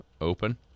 Open